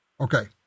Okay